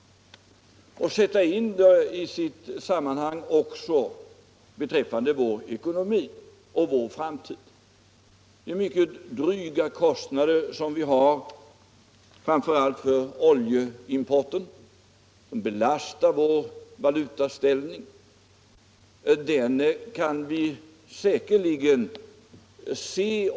Då kan också hela den frågan sättas in i perspektivet av vår ekonomi och vår framtid. Nu har vi ju mycket dryga kostnader för framför allt oljeimporten. Den belastar vår bytesbalans mycket hårt.